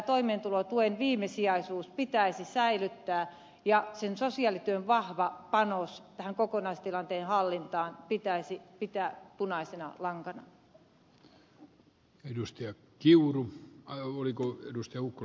toimeentulotuen viimesijaisuus pitäisi säilyttää ja sosiaalityön vahva panos tähän kokonaistilanteen hallintaan pitäisi pitää punaisena lankana